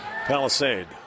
Palisade